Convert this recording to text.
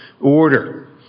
order